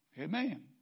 Amen